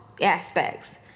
aspects